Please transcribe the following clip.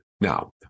Now